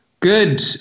Good